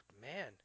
man